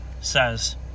says